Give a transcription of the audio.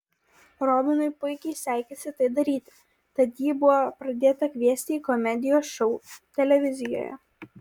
robinui puikiai sekėsi tai daryti tad jį buvo pradėta kviesti į komedijos šou televizijoje